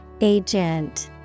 Agent